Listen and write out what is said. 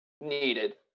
needed